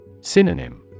Synonym